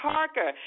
Parker